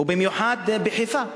ובמיוחד בחיפה.